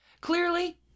Clearly